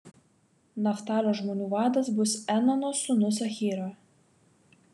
naftalio žmonių vadas bus enano sūnus ahyra